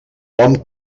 hom